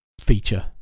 feature